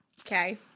Okay